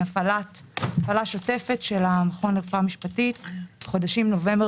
הפעלה שוטפת של המכון לרפואה משפטית בחודשים נובמבר